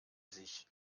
sich